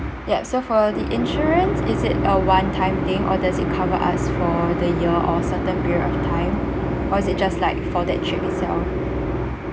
ya so far the insurance is it a one time thing or does it cover us for the year or a certain period of time or is it just like for that trip itself